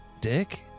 dick